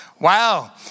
Wow